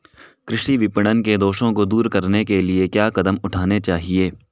कृषि विपणन के दोषों को दूर करने के लिए क्या कदम उठाने चाहिए?